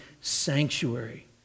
sanctuary